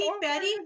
Betty